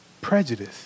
prejudice